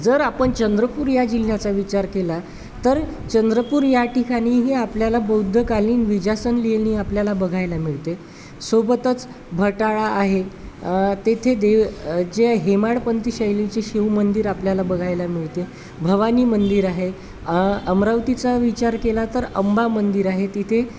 जर आपण चंद्रपूर या जिल्ह्याचा विचार केला तर चंद्रपूर या ठिकाणीही आपल्याला बौद्धकालीन विजासन लेणी आपल्याला बघायला मिळते सोबतच भटाळा आहे तेथे देव जे हेमाडपंथी शैलीचे शिव मंदिर आपल्याला बघायला मिळते भवानी मंदिर आहे अमरावतीचा विचार केला तर अंबा मंदिर आहे तिथे